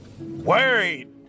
worried